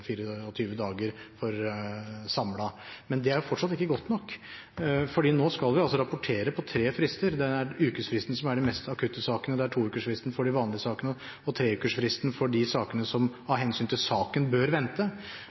dager samlet. Men det er fortsatt ikke godt nok, for nå skal vi rapportere på tre frister. Det er ukesfristen for de mest akutte sakene, det er toukersfristen for de vanlige sakene og treukersfristen for de sakene som av hensyn til saken bør vente.